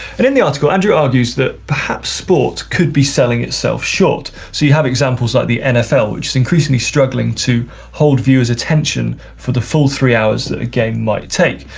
and in the article andrew argues that perhaps sports could be selling itself short. so you have examples like the nfl which is increasingly struggling to hold viewer's attention for the full three hours that the game might take.